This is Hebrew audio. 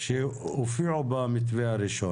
שהופיעו במתווה הראשון?